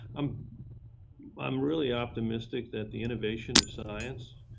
um i'm really optimistic that the innovation of science,